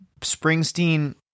Springsteen